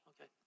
okay